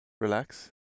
Relax